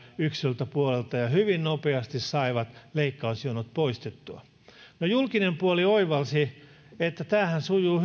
yksityiseltä puolelta ja hyvin nopeasti sai leikkausjonot poistettua no julkinen puoli oivalsi että tämä yhteistyöhän sujuu